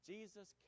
Jesus